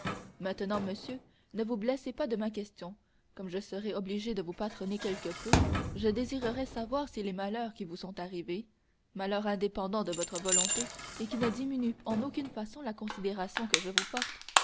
maintenant monsieur ne vous blessez pas de ma question comme je serai obligé de vous patronner quelque peu je désirerais savoir si les malheurs qui vous sont arrivés malheurs indépendants de votre volonté et qui ne diminuent en aucune façon la considération que je vous porte